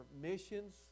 missions